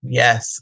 yes